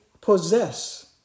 possess